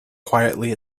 quietly